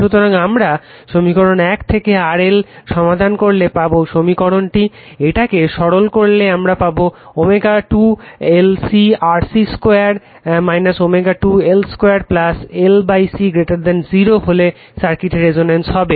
সুতরাং আমরা সমীকরণ 1 থেকে RL সমাধান করলে পাবো এই সমীকরণটি এটাকে সরল করলে আমরা পাবো ω2 LC RC 2 ω2 L 2 LC 0 হলে সার্কিটটি রেসনেন্স হবে